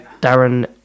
Darren